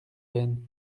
veine